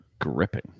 Gripping